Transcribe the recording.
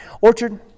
Orchard